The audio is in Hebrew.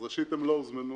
ראשית, לא הוזמנו